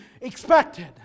expected